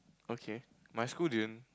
okay my school didn't